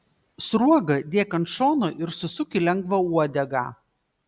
sruogą dėk ant šono ir susuk į lengvą uodegą